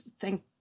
thank